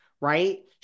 right